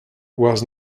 was